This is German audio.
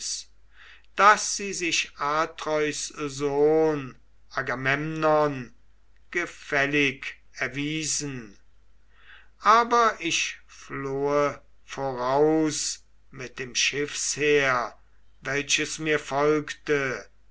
daß sie sich atreus sohn agamemnon gefällig erwiesen aber ich flohe voraus mit dem schiffsheer welches mir folgte